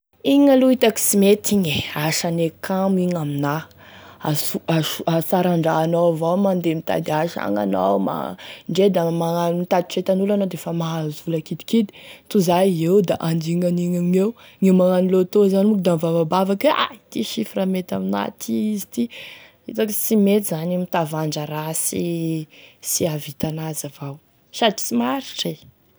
Igny aloha hitako sy mety igny e, asane kamo igny amina, asoa asoa asaran-draha anao avao mandeha mitady asa agny anao ma ndre da agnano mitatitry entan'olo anao defa mahazo vola kidikidy, toy izay eo da andigny an'igny amigneo gne magnano loto zany moko da mivavabavaky hoe ah ity chiffres mety amina, a ty izy ty, hitako sy mety zany e mitavandra raha sy sy hahavita an'azy avao sady sy maharitry.